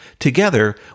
Together